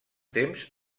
temps